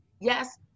yes